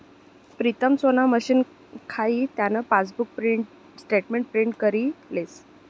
प्रीतम सोना मशीन खाई त्यान पासबुक स्टेटमेंट प्रिंट करी लेस